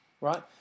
right